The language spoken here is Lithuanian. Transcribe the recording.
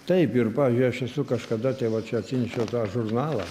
taip ir pavyzdžiui aš esu kažkada tai va čia atsinešiau tą žurnalą